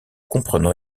comprenant